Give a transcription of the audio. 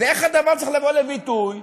איך הדבר צריך לבוא לידי ביטוי?